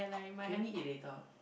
can we eat later